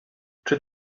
czy